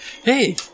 Hey